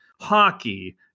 hockey